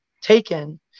taken